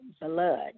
blood